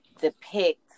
depict